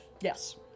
Yes